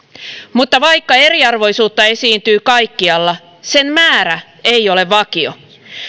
mutta vaikka eriarvoisuutta esiintyy kaikkialla sen määrä ei ole vakio